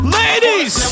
ladies